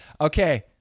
okay